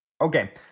Okay